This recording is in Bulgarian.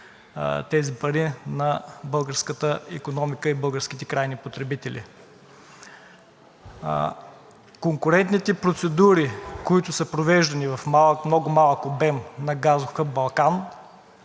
тези пари на българската икономика, на българските крайни потребители. Конкурентните процедури, които са провеждани в много малък обем на газов хъб „Балкан“,